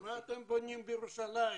מה אתם בונים בירושלים?